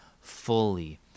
fully